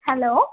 hello